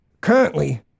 Currently